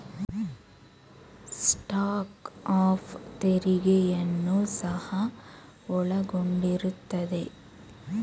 cost of ತೆರಿಗೆಯನ್ನು ಸಹ ಒಳಗೊಂಡಿರುತ್ತದೆ